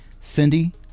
Cindy